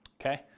Okay